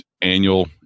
annual